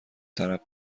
ترقه